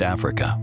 Africa